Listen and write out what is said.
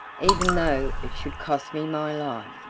even though it should cost me my life.